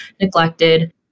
neglected